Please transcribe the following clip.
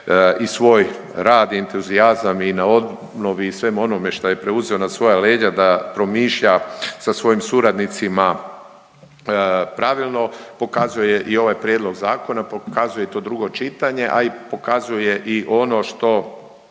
i svoj rad i entuzijazam i na obnovi i svemu onome što je preuzeo na svoja leđa da promišlja sa svojim suradnicima pravilno pokazuje i ovaj prijedlog zakona, pokazuje to drugo čitanje, a i pokazuje ono što